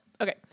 Okay